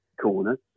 Corner